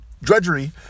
Drudgery